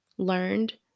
learned